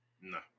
No